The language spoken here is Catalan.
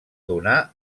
donar